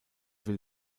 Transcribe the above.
will